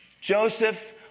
Joseph